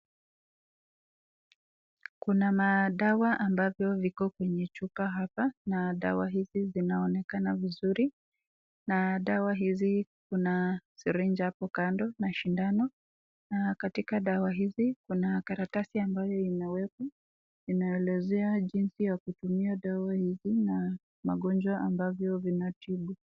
Kuna madawa ambavyo viko kwenye chupa hapa na dawa hizi zinaonekana vizuri na dawa hizi kuna sirinji hapo kando na shindano na katika dawa hizi kuna karatasi ambayo inawekwa inaelezea jinsi ya kutumia dawa hizi na magonjwa ambavyo vinatibu .